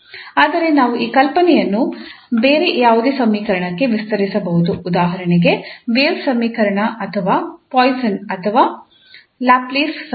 ಆದರೆ ನಾವು ಈ ಕಲ್ಪನೆಯನ್ನು ಬೇರೆ ಯಾವುದೇ ಸಮೀಕರಣಕ್ಕೆ ವಿಸ್ತರಿಸಬಹುದು ಉದಾಹರಣೆಗೆ ವೇವ್ ಸಮೀಕರಣ ಅಥವಾ ಪಾಯ್ಸನ್ ಅಥವಾ ಲ್ಯಾಪ್ಲೇಸ್ ಸಮೀಕರಣ